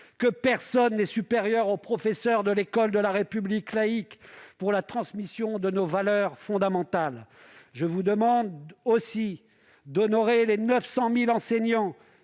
que personne n'est supérieur au professeur de l'école de la République laïque pour la transmission de nos valeurs fondamentales ! Je vous demande aussi d'honorer les 900 000 enseignants,